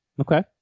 Okay